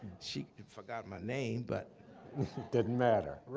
she forgot my name, but didn't matter.